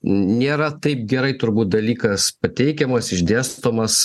nėra taip gerai turbūt dalykas pateikiamas išdėstomas